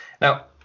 now